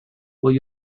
will